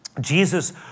Jesus